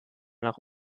nach